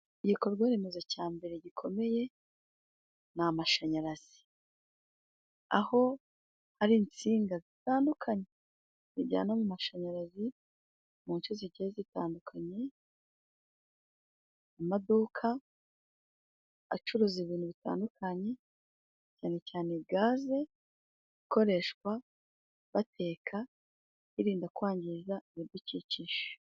Igikorwa remezo cya mbere gikomeye ni amashanyarazi aho hari insinga zitandukanye zijyana amashanyarazi mu nce zitandukanye, amaduka acuruza ibintu bitandukanye cyane cyane gaze ikoreshwa bateka birinda kwangiza ibidukikije.